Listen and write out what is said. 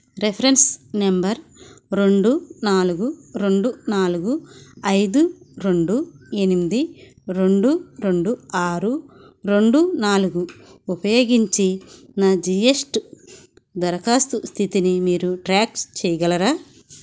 reference number రెండు నాలుగు రెండు నాలుగు ఐదు రెండు ఎనిమిది రెండు రెండు ఆరు రెండు నాలుగు ఉపయోగించి నా జీ ఎస్ టీ దరఖాస్తు స్థితిని మీరు ట్రాక్ చేయగలరా